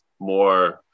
more